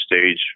stage